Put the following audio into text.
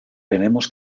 tenemos